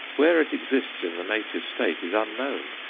where it exists in the native state is unknown,